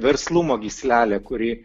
verslumo gyslelę kuri